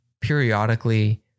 periodically